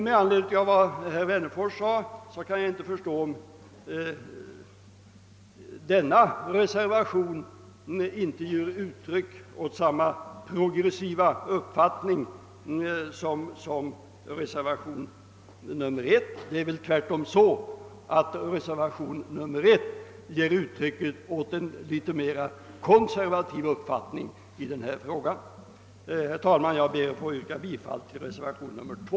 Jag kan därför inte förstå vad herr Wennerfors sade om att den reservationen inte ger uttryck åt samma progressiva uppfattning som reservation 1. Det är väl tvärtom så, att reservation 1 ger uttryck åt en litet mer konservativ uppfattning i den här frågan. Herr talman! Jag ber att få yrka bifall till reservation 2.